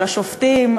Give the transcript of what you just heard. על השופטים,